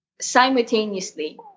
simultaneously